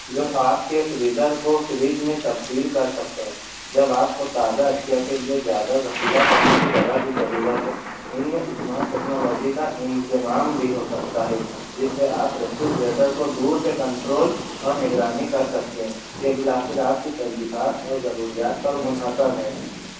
جو آپ کے فریزر کو فریج میں تبدیل کر سکتے ہے جب آپ کو تازہ اشیا کے لیے زیادہ ذخیرہ کرنے کی جگہ کی ضرورت ہو ان میں اسمارٹ ٹیکنولوجی کا انضمام بھی ہ وسکتا ہے جس سے آپ ریفریجیریٹر کو دور سے کنٹرول اور نگرانی کر سکتے ہیں یہ بالآخر آپ کی ترجیحات اور ضروریات پر منحصر ہے